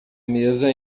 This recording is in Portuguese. mesa